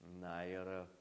na ir